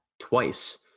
twice